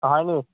হয় নেকি